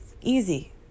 easy